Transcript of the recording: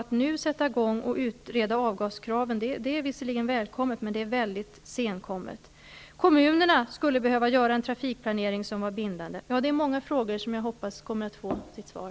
Att sätta i gång och utreda avgaskraven nu är visserligen välkommet, men det är mycket senkommet. Kommunerna skulle behöva göra en trafikplanering som var bindande. Det är många frågor som jag hoppas kommer att få sitt svar.